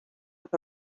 with